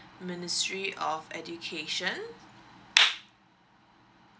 ministry of education